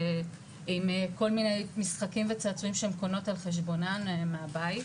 עם כל מיני משחקים וצעצועים שהן קונות על חשבונן מהבית,